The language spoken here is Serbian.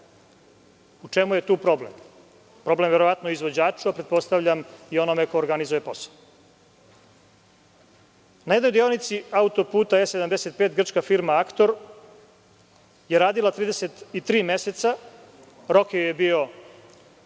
U čemu je tu problem? Problem je verovatno u izvođaču, a pretpostavljam i onome ko organizuje posao. Na deonici autoputa E75, grčka firma „Aktor“ je radila 33 meseca. Rok je bio